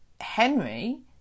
Henry